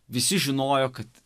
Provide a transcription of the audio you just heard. visi žinojo kad